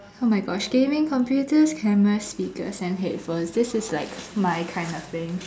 oh my gosh gaming computers cameras speakers and headphones this is like my kind of thing